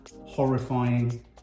horrifying